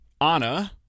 Anna